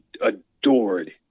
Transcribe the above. adored